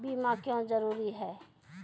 बीमा क्यों जरूरी हैं?